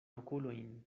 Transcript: okulojn